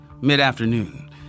mid-afternoon